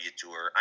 tour